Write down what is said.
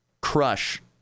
crush